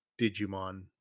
Digimon